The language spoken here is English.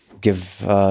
give